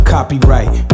Copyright